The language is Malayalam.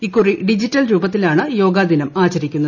ഇക്കുറി ഡിജിറ്റൽ രൂപത്തിലാണ് യോഗദിനം ആചരിക്കുന്നത്